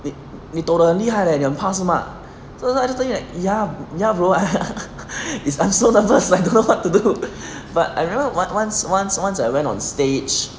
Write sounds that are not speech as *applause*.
你你斗得很厉害 leh 你很怕是吗 so I just told him like ya ya bro *laughs* is I'm so nervous like I don't know what to do but I remember what once once once I went on stage